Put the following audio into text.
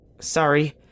Sorry